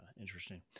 interesting